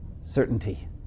Certainty